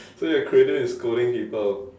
so you're creative in scolding people